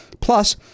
plus